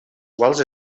quals